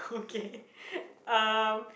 okay um